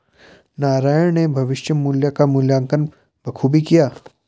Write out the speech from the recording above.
नारायण ने भविष्य मुल्य का मूल्यांकन बखूबी किया